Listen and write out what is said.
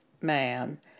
man